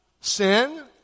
sin